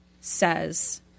says